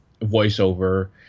voiceover